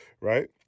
right